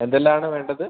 എന്തെല്ലാം ആണ് വേണ്ടത്